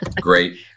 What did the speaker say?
great